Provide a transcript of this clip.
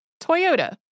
Toyota